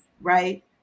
right